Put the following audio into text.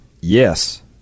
Yes